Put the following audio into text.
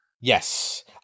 Yes